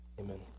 Amen